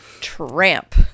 Tramp